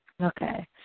Okay